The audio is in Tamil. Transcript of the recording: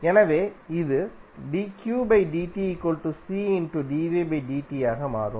எனவே இது ஆக மாறும்